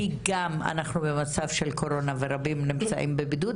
כי גם אנחנו במצב של קורונה ורבים נמצאים בבידוד.